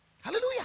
Hallelujah